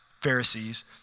Pharisees